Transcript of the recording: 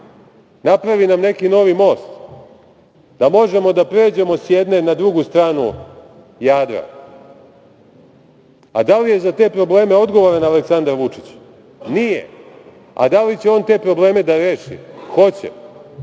napravi nam neki novi most da možemo da pređemo sa jedne na drugu stranu Jadra? Da li je za te probleme odgovoran Aleksandar Vučić? Nije. Da li će on te probleme da reši? Hoće.